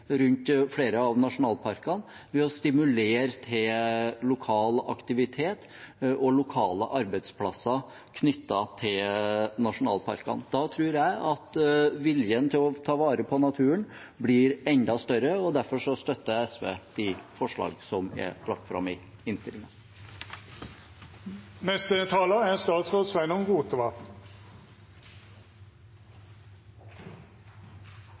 rundt flere av nasjonalparkene, ved å stimulere til lokal aktivitet og lokale arbeidsplasser knyttet til nasjonalparkene. Da tror jeg at viljen til å ta vare på naturen blir enda større. Derfor støtter SV de forslagene som er lagt fram i innstillingen. Nasjonalparkane og dei andre verneområda våre er